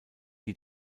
die